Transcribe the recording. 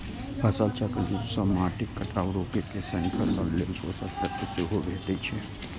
फसल चक्र सं माटिक कटाव रोके के संग फसल लेल पोषक तत्व सेहो भेटै छै